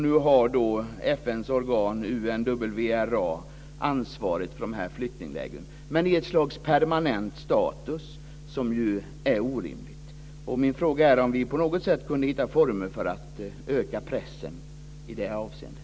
Nu har FN:s organ UNWRA ansvaret för dessa flyktingläger med ett slags permanent status som är orimlig. Min fråga är om vi på något sätt kunde hitta former för att öka pressen i det avseendet.